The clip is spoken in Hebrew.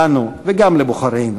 לנו וגם לבוחרינו.